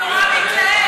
לא, הוא נורא מתלהב.